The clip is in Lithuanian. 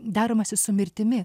deramasi su mirtimi